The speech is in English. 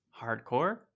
hardcore